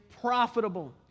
profitable